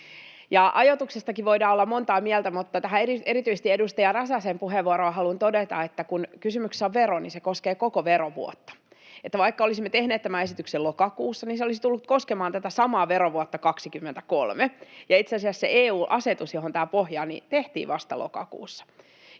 Ajoituksestakin voidaan olla montaa mieltä, mutta erityisesti edustaja Räsäsen puheenvuoroon haluan todeta, että kun kysymyksessä on vero, niin se koskee koko verovuotta. Eli vaikka olisimme tehneet tämän esityksen lokakuussa, niin se olisi tullut koskemaan tätä samaa verovuotta 23 — ja itse asiassa se EU-asetus, johon tämä pohjaa, tehtiin vasta lokakuussa.